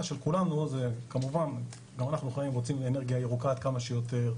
גם אנחנו חיים, רוצים אנרגיה ירוקה עד כמה שיותר,